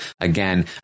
again